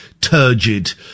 turgid